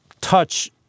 touch